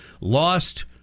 lost